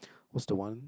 what's the one